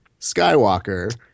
skywalker